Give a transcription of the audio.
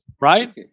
Right